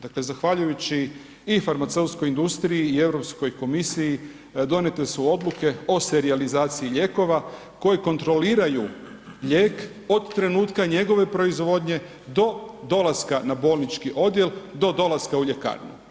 Dakle zahvaljujući i farmaceutskoj industriji i Europskoj komisiji donijete su odluke o serijalizaciji lijekova koje kontroliraju lijek od trenutka njegove proizvodnje do dolaska na bolnički odjel, do dolaska u ljekarnu.